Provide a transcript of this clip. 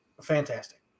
fantastic